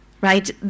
right